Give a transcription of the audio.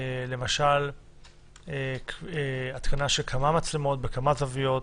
למשל התקנה של כמה מצלמות בכמה זוויות?